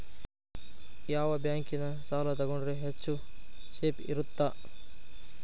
ಯಾವ ಬ್ಯಾಂಕಿನ ಸಾಲ ತಗೊಂಡ್ರೆ ಹೆಚ್ಚು ಸೇಫ್ ಇರುತ್ತಾ?